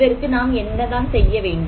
இதற்கு நாம் என்ன தான் செய்ய வேண்டும்